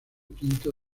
quinto